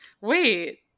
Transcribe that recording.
Wait